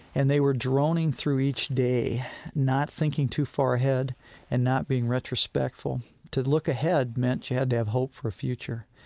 and they were droning through each day not thinking too far ahead and not being retrospectful to look ahead meant you had to have hope for future.